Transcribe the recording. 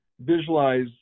visualize